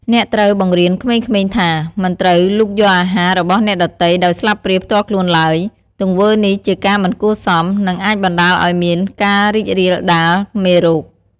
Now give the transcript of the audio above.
អ្នកត្រូវបង្រៀនក្មេងៗថា មិនត្រូវលូកយកអាហាររបស់អ្នកដទៃដោយស្លាបព្រាផ្ទាល់ខ្លួនឡើយ ទង្វើនេះជាការមិនគួរសម និងអាចបណ្តាលឲ្យមានការរីករាលដាលមេរោគ។